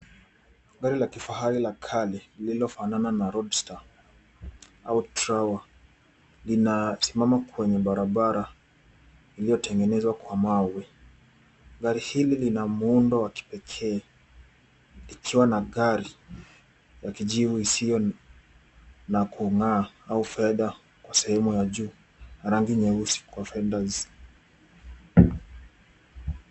Gari la kifahari la kale lililofanana na Roadstar au Trower linasimama kwenye barabara iliyotengenezwa kwa mawe. Gari hili lina muundo wa kipekee ikiwa na gari ya kijivu isiyo na kung'aa au fedha kwa sehemu ya juu rangi nyeusi kwa fendence .